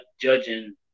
judging